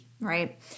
right